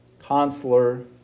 consular